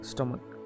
Stomach